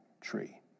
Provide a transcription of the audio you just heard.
tree